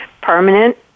permanent